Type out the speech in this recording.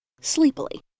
sleepily